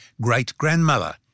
great-grandmother